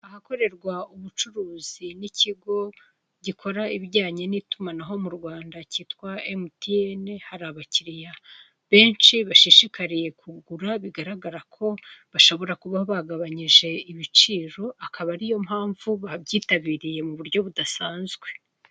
Ahakorerwa ubucuruzi n'ikigo gikora ibijyanye n'itumanaho mu Rwanda cyitwa MTN, hari abakiriya benshi bashishikariye kugura bigaragara ko bashobora kuba bagabanyije ibiciro akaba ariyo mpamvu babyitabiriye mu buryo budasanzwe.